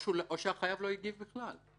או שהחייב לא הגיב בכלל.